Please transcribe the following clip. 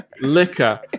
liquor